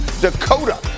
Dakota